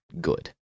good